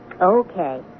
Okay